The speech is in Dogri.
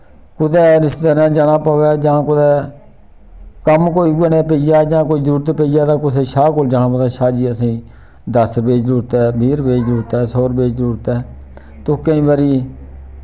कुतै रिश्तेदारैं दे जाना पवै जां कुतै कम्म कोई उऐ नहा पेई जा जां कोई जरूरत पेई जा ते कुसै शाह् कोल जाना पौंदा शाह् जी असें दस रपें दी जरूरत ऐ बीह् रपें दी जरूरत ऐ सौ रपे दी जरूरत ऐ तो केईं बारी